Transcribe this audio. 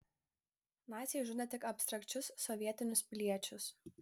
naciai žudė tik abstrakčius sovietinius piliečius